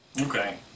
Okay